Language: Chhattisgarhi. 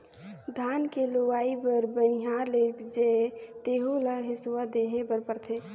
धान के लूवई बर बनिहार लेगजे तेहु ल हेसुवा देहे बर परथे